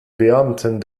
beamten